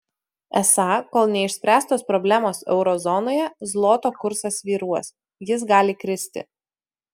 esą kol neišspręstos problemos euro zonoje zloto kursas svyruos jis gali kristi